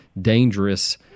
dangerous